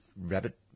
rabbit